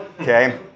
Okay